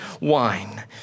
wine